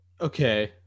Okay